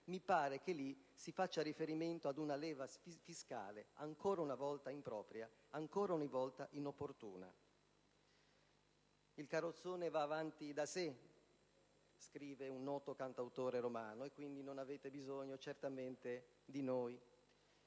Mi pare che si faccia riferimento ad una leva fiscale, ancora una volta impropria, ancora una volta inopportuna. «Il carrozzone va avanti da sé» scrive un noto cantautore romano e, quindi, non avete bisogno certamente di noi.